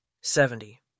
Seventy